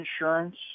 insurance